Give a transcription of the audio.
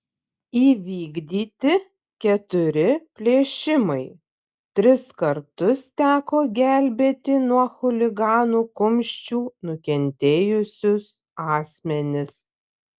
įvykdyti keturi plėšimai tris kartus teko gelbėti nuo chuliganų kumščių nukentėjusius asmenis